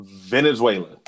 Venezuela